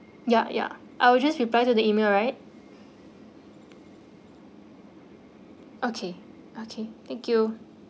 ya ya I will just reply to the email right okay okay thank you